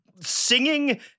Singing